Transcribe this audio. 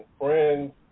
Friends